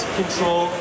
control